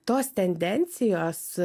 tos tendencijos